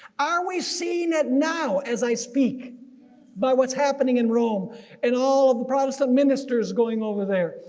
are we seeing that now as i speak by what's happening in rome and all of the protestant ministers going over there.